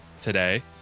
today